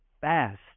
fast